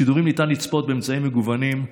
בשידורים ניתן לצפות באמצעים מגוונים: